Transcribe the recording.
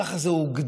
כך זה הוגדר.